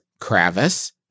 Kravis